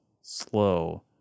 slow